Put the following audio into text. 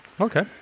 Okay